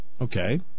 Okay